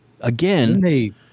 again